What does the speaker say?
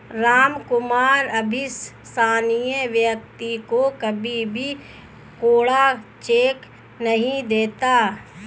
रामकुमार अविश्वसनीय व्यक्ति को कभी भी कोरा चेक नहीं देता